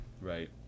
Right